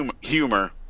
humor